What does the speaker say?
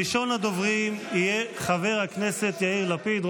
ראשון הדוברים יהיה חבר הכנסת יאיר לפיד,